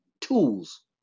tools